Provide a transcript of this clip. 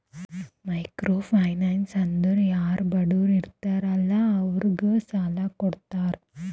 micro finance ಅಂದುರ್ ಯಾರು ಬಡುರ್ ಇರ್ತಾರ ಅಲ್ಲಾ ಅವ್ರಿಗ ಸಾಲ ಕೊಡ್ತಾರ್